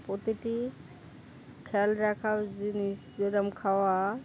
প্রতিটি খেয়াল রাখার জিনিস যেরকম খাওয়া